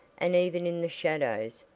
and even in the shadows,